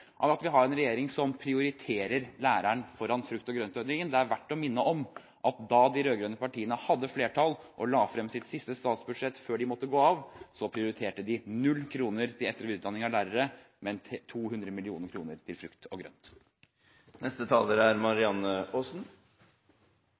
av at vi har en regjering som prioriterer læreren foran frukt- og grøntordningen. Det er verdt å minne om at da de rød-grønne partiene hadde flertall og la frem sitt siste statsbudsjett før de måtte gå av, prioriterte de 0 kr til etter- og videreutdanning av lærere, men 200 mill. kr til frukt og grønt.